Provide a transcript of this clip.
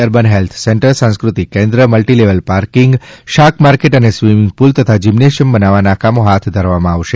urban health centre સાંસ્કૃતિક કેન્દ્ર multilevel parking શાક માર્કેટ અને સ્વિમિંગ પુલ અને જીમ્નેશિયમ બનાવવાના કામો હાથ ધરી શકાશે